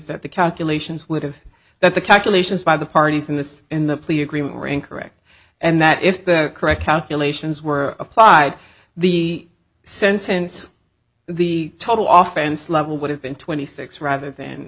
that the calculations would have that the calculations by the parties in this in the plea agreement were incorrect and that if the correct calculations were applied the sentence the total often slept would have been twenty six rather than